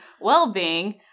well-being